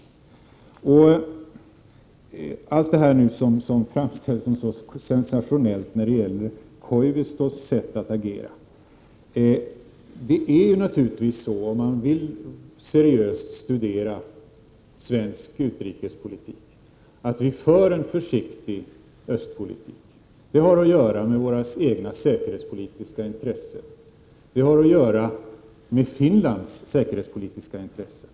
Beträffande allt detta som framställts som så sensationellt i fråga om Koivistos sätt att agera vill jag säga: Om man seriöst vill studera svensk utrikespolitik kan man konstatera att vi för en försiktig östpolitik. Det har att göra med våra egna säkerhetspolitiska intressen och också med Finlands säkerhetspolitiska intressen.